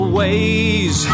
ways